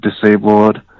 disabled